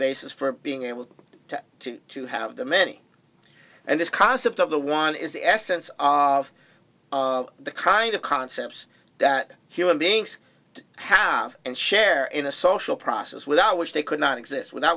basis for being able to to to have the many and this concept of the one is the essence of of the kind of concepts that human beings have and share in a social process without which they could not exist without